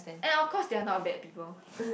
and of course they're not bad people